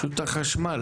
רשות החשמל,